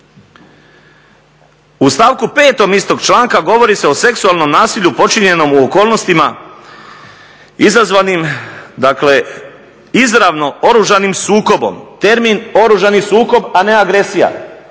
u stavku 5. istog članka govori se o seksualnom nasilju počinjenom u okolnostima izazvanim dakle izravno oružanim sukobom. Termin oružani sukob, a ne agresija